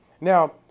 now